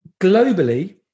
globally